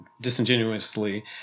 disingenuously –